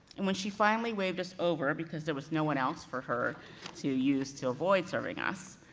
and when she finally waved us over, because there was no one else for her to use to avoid serving us,